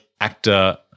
actor